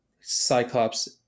Cyclops